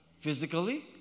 Physically